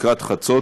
לקראת חצות,